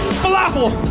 falafel